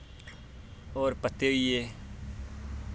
और पत्ते होई गे